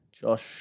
Josh